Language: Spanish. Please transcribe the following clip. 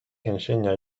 enseña